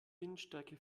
windstärke